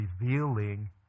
revealing